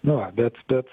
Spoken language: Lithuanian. nu va bet bet